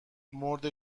مرده